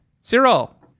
Cyril